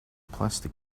plastic